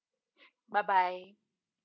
bye bye